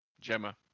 Gemma